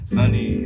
Sunny